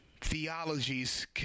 theologies